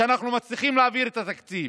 שאנחנו מצליחים להעביר את התקציב,